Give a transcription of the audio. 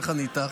איך אני איתך?